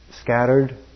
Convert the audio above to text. scattered